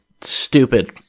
stupid